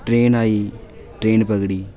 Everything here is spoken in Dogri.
ट्रेन आई ट्रेन पकड़ी